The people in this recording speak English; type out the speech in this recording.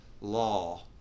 law